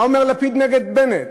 מה אומר לפיד נגד בנט?